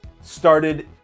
started